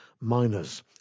Miners